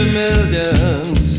millions